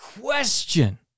question